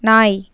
நாய்